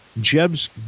Jeb's